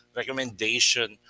Recommendation